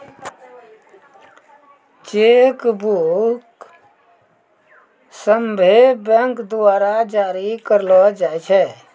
cheque book सभ्भे bank द्वारा जारी करलो जाय छै